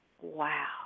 Wow